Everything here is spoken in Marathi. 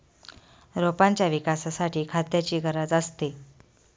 रोपांच्या विकासासाठी खाद्याची गरज असते